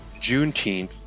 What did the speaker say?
Juneteenth